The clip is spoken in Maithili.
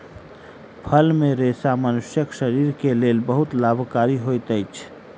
फल मे रेशा मनुष्यक शरीर के लेल बहुत लाभकारी होइत अछि